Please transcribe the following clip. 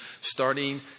starting